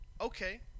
okay